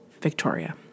Victoria